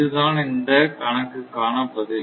இதுதான் இந்த கணக்கு காண பதில்